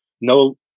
no